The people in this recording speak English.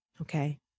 okay